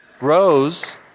Rose